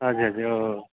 हजुर हजुर हो हो